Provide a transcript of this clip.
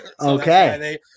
okay